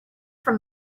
from